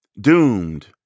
doomed